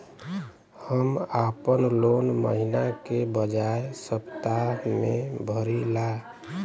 हम आपन लोन महिना के बजाय सप्ताह में भरीला